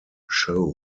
show